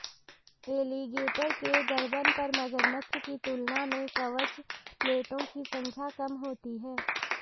alligator के गर्दन पर मगरमच्छ की तुलना में कवच प्लेटो की संख्या कम होती है